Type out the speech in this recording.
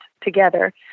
together